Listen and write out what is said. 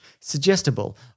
suggestible